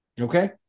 Okay